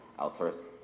outsource